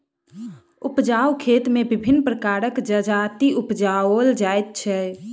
उपजाउ खेत मे विभिन्न प्रकारक जजाति उपजाओल जाइत छै